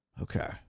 Okay